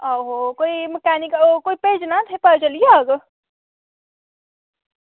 आहो कोई मकैनिक ओह् कोई भेजना उत्थें पता चली जाह्ग